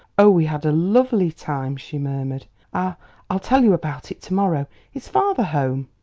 oh, we had a lovely time! she murmured. i i'll tell you about it to-morrow. is father home?